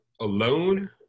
Alone